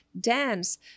dance